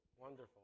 wonderful